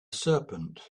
serpent